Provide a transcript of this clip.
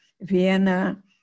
Vienna